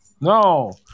No